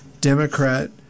Democrat